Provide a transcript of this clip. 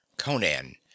Conan